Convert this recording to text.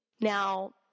Now